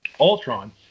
Ultron